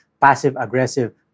passive-aggressive